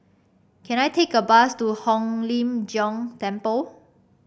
can I take a bus to Hong Lim Jiong Temple